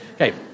Okay